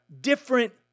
different